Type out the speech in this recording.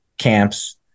camps